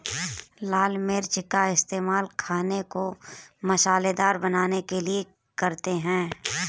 लाल मिर्च का इस्तेमाल खाने को मसालेदार बनाने के लिए करते हैं